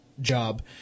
job